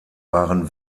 waren